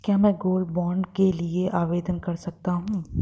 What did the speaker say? क्या मैं gold bond के लिए आवेदन कर सकता हूं?